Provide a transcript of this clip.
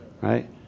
Right